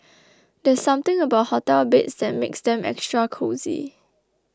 there's something about hotel beds that makes them extra cosy